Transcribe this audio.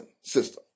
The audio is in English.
system